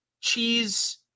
Cheese